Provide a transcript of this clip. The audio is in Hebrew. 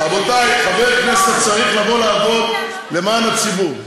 רבותי, חבר כנסת צריך לבוא לעבוד למען הציבור.